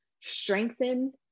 strengthen